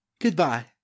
Goodbye